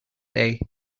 day